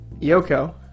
Yoko